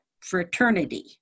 fraternity